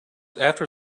after